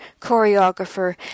choreographer